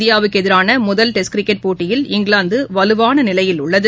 இந்தியாவுக்குஎதிரானமுதல் test cricket போட்டியில் இங்கிலாந்துவலுவானநிலையில் உள்ளது